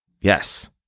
Yes